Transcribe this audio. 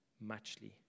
muchly